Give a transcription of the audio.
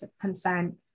consent